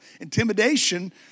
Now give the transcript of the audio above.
intimidation